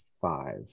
five